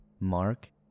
Mark